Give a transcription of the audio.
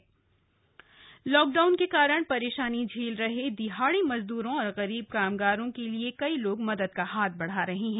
corona में मानवता lockdown के कारण परेशानी झेल रहे दिहाड़ी मजदूरों और गरीब कामगारों के लिए कई लोग मदद का हाथ बढ़ा रहे हैं